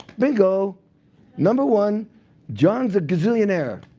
bingo, number one john's a gazillionaire.